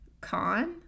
Con